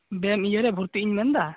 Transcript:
game ᱤᱭᱟᱹᱨᱮ ᱵᱷᱚᱨᱛᱤᱜ ᱤᱧ ᱢᱮᱱᱮᱫᱟ